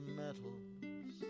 metals